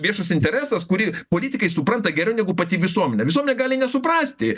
viešas interesas kurį politikai supranta geriau negu pati visuomenė visuomenė gali nesuprasti